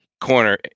corner